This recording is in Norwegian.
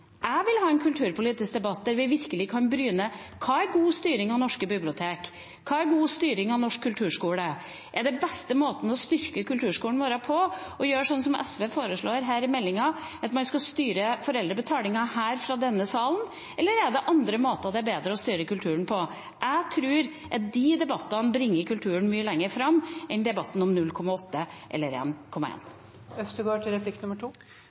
kulturpolitisk debatt der vi virkelig kan bryne oss på: Hva er god styring av norske biblioteker? Hva er god styring av norsk kulturskole? Er den beste måten å styrke kulturskolen vår på å gjøre sånn som bl.a. SV foreslår i innstillingen, at man skal styre foreldrebetalingen fra denne salen? Eller er det andre måter som det er bedre å styre kulturen på? Jeg tror at de debattene bringer kulturen mye lenger fram, enn debatten om 0,8 eller